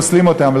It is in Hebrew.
פוסלים אותם.